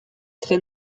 très